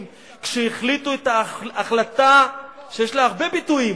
כשהחליטו את ההחלטה שיש לה הרבה ביטויים,